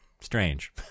strange